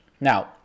Now